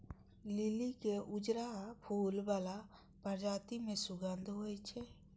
लिली के उजरा फूल बला प्रजाति मे सुगंध होइ छै